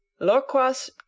Lorquas